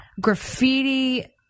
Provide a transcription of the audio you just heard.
graffiti